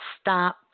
stop